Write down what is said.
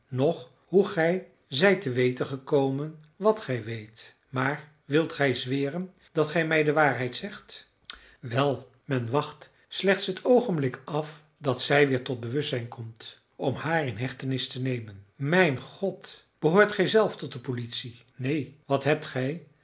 noch hoe gij zijt te weten gekomen wat gij weet maar wilt gij zweren dat gij mij de waarheid zegt wel men wacht slechts het oogenblik af dat zij weer tot bewustzijn komt om haar in hechtenis te nemen illustratie wij hebben de eer mijnheer henry wood te spreken mijn god behoort gij zelf tot de politie neen wat hebt gij